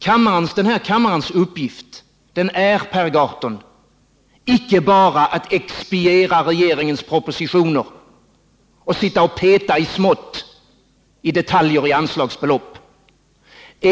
Den här kammarens uppgift är, Per Gahrton, icke bara att expediera regeringens propositioner och att peta i detaljer när det gäller anslagsbelopp.